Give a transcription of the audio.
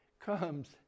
comes